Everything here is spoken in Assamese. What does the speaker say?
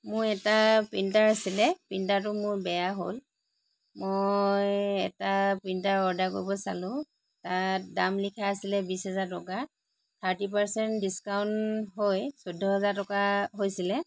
মোৰ এটা প্ৰিণ্টাৰ আছিল প্ৰিণ্টাৰটো মোৰ বেয়া হ'ল মই এটা প্ৰিণ্টাৰ অৰ্ডাৰ কৰিব চালোঁ তাত দাম লিখা আছিল বিশ হাজাৰ টকা থাৰ্টি পাৰ্চেণ্ট ডিছকাউণ্ট হৈ চৈধ্য হাজাৰ টকা হৈছিল